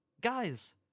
Guys